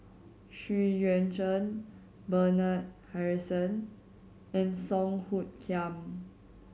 Xu Yuan Zhen Bernard Harrison and Song Hoot Kiam